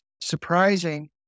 surprising